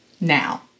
now